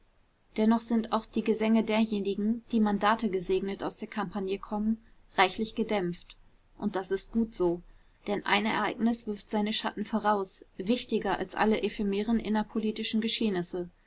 dennoch sind auch die gesänge derjenigen die mandategesegnet aus der kampagne kommen reichlich gedämpft und das ist gut so denn ein ereignis wirft seine schatten voraus wichtiger als alle ephemeren innerpolitischen geschehnisse